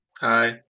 Hi